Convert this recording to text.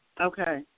Okay